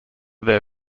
their